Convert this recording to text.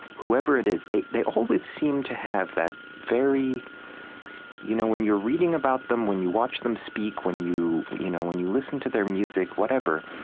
whoever it is, they they always seem to have that very you know when you're reading about them, when you watch them speak, when you you know when you listen to their music, whatever,